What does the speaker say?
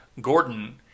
gordon